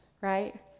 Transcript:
right